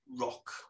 rock